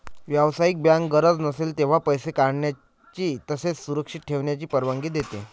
व्यावसायिक बँक गरज असेल तेव्हा पैसे काढण्याची तसेच सुरक्षित ठेवण्याची परवानगी देते